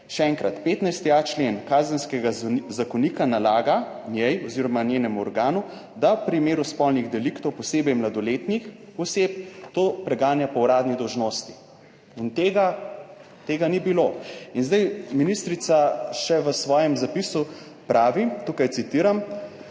še enkrat, 15.a člen Kazenskega zakonika nalaga njej oziroma njenemu organu, da v primeru spolnih deliktov, posebej mladoletnih oseb, to preganja po uradni dolžnosti. In tega ni bilo.. In zdaj ministrica še v svojem zapisu pravi, tukaj citiram: